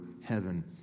heaven